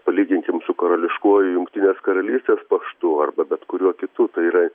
palyginkim su karališkuoju jungtinės karalystės paštu arba bet kuriuo kitu tai yra